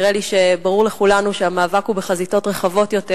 נראה לי שברור לכולנו שהמאבק הוא בחזיתות רחבות יותר,